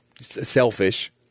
selfish